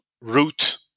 route